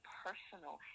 personal